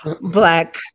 black